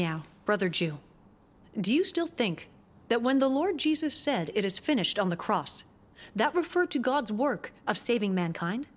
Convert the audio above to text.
now brother jew do you still think that when the lord jesus said it is finished on the cross that refer to god's work of saving mankind